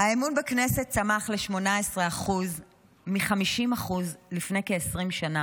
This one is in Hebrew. האמון בכנסת צנח ל-18% מ-50% לפני כ-20 שנה.